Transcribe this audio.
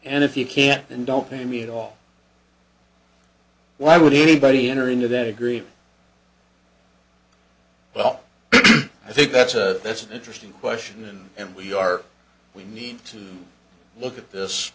and if you can't then don't pay me at all why would anybody enter into that agree well i think that's a that's an interesting question and we are we need to look at this